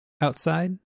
outside